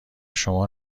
شما